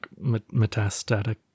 Metastatic